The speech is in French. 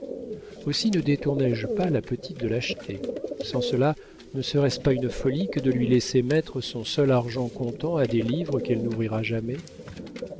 aussi ne détourné je pas la petite de l'acheter sans cela ne serait-ce pas une folie que de lui laisser mettre son seul argent comptant à des livres qu'elle n'ouvrira jamais